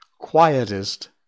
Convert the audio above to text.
quietest